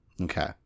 Okay